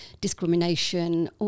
discrimination